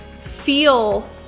feel